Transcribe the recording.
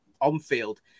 on-field